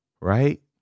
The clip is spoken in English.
right